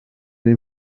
den